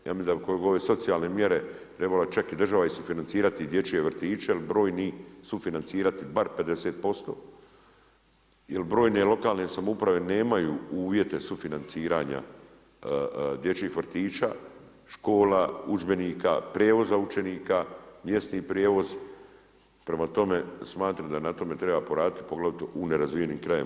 Ja mislim da bi ove socijalne mjere trebala čak i država sufinancirati i dječje vrtiće jel brojni sufinancirati bar 50% jel brojne lokalne samouprave nemaju uvjete sufinanciranja dječjih vrtića, škola, udžbenika, prijevoza učenika, mjesni prijevoz prema tome smatram da na tome treba poraditi poglavito u nerazvijenim krajevima.